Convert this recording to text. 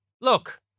look